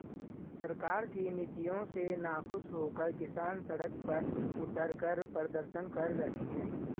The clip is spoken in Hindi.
सरकार की नीतियों से नाखुश होकर किसान सड़क पर उतरकर प्रदर्शन कर रहे हैं